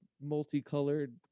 multicolored